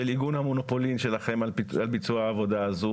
של עיגון המונופולין על ביצוע העבודה הזו